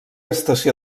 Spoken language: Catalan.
estació